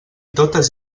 totes